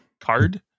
Card